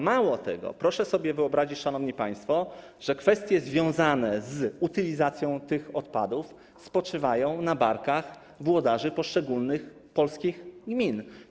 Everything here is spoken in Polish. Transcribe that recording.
Mało tego, proszę sobie wyobrazić, szanowni państwo, że kwestie związane z utylizacją tych odpadów spoczywają na barkach włodarzy poszczególnych polskich gmin.